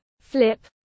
flip